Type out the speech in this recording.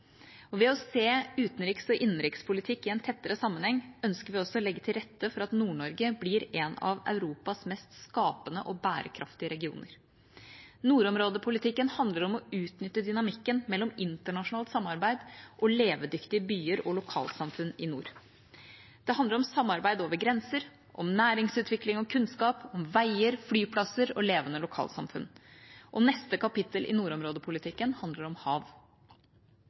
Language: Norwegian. samfunnsutvikling». Ved å se utenriks- og innenrikspolitikk i en tettere sammenheng ønsker vi også å legge til rette for at Nord-Norge blir en av Europas mest skapende og bærekraftige regioner. Nordområdepolitikken handler om å utnytte dynamikken mellom internasjonalt samarbeid og levedyktige byer og lokalsamfunn i nord. Det handler om samarbeid over grenser, om næringsutvikling og kunnskap, om veier, flyplasser og levende lokalsamfunn. Og neste kapittel i nordområdepolitikken handler om hav.